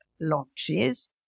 launches